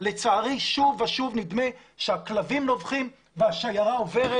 לצערי שוב ושוב נדמה שהכלבים נובחים והשיירה עוברת,